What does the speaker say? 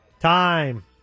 Time